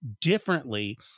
differently